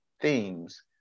themes